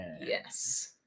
Yes